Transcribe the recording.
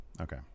okay